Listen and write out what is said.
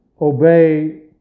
obey